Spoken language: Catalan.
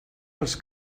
als